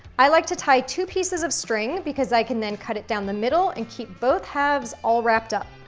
i like to tie two pieces of string because i can then cut it down the middle and keep both halves all wrapped up.